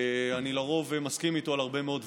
אני לרוב מסכים איתו על הרבה מאוד דברים,